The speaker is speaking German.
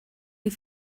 wie